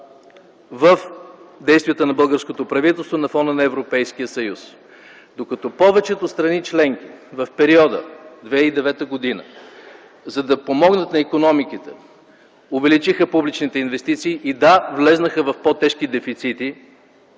в действията на българското правителство на фона на Европейския съюз? Докато повечето страни членки в периода 2009 г., за да помогнат на икономиките си, увеличиха публичните инвестиции и, да, влязоха в по-тежки дефицити